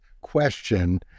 question